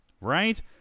right